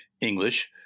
English